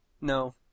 No